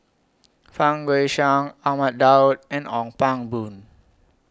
Fang Guixiang Ahmad Daud and Ong Pang Boon